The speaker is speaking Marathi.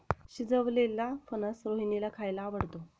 शिजवलेलेला फणस रोहिणीला खायला आवडतो